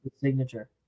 Signature